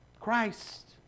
Christ